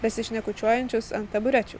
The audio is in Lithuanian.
besišnekučiuojančius ant taburečių